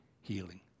healing